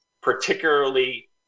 particularly